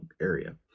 area